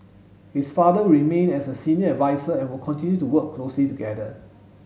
his father will remain as a senior adviser and will continue to work closely together